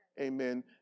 Amen